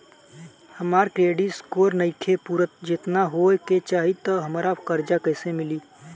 हमार credit score नईखे पूरत जेतना होए के चाही त हमरा कर्जा कैसे मिली?